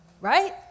Right